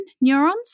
neurons